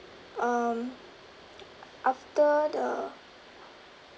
um after the